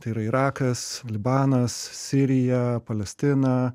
tai yra irakas libanas sirija palestina